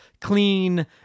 clean